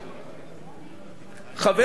חבר כנסת מהאופוזיציה,